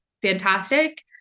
fantastic